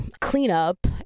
cleanup